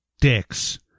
dicks